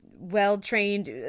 well-trained